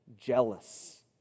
jealous